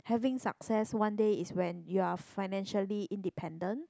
having success one day is when you're financially independent